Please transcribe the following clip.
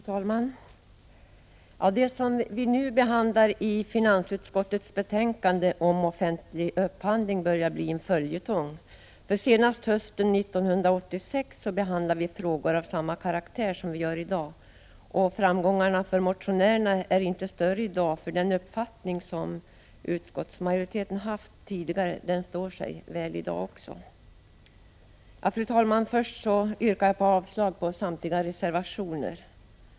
Fru talman! Det som vi nu behandlar med anledning av finansutskottets betänkande om offentlig upphandling börjar bli en följetong. Senast hösten 1986 behandlade vi frågor av samma karaktär som i dag, och framgångarna för motionärerna är inte större i dag, eftersom den uppfattning som utskottsmajoriteten haft tidigare står sig väl även i dag. Fru talman! Först så yrkar jag avslag på samtliga reservationer.